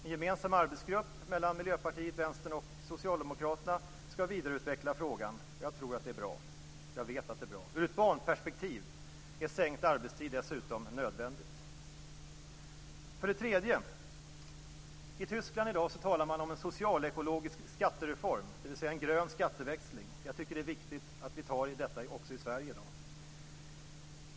En gemensam arbetsgrupp med Miljöpartiet, Vänsterpartiet och Socialdemokraterna skall vidareutveckla frågan, och jag vet att det är bra. Ur ett barnperspektiv är sänkt arbetstid dessutom nödvändigt. För det tredje vill jag säga att man i Tyskland i dag talar om en socialekologisk skattereform, dvs. en grön skatteväxling. Jag tycker att det är viktigt att vi tar tag i detta även i Sverige i dag.